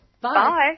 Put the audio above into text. Bye